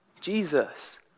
Jesus